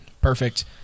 Perfect